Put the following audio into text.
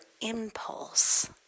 impulse